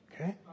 Okay